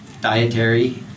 dietary